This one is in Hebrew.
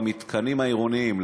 במתקנים העירוניים.